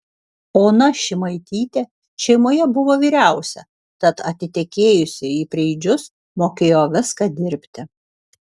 ona šimaitytė šeimoje buvo vyriausia tad atitekėjusi į preidžius mokėjo viską dirbti